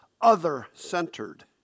other-centered